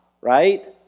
right